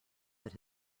that